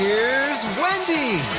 here's wendy!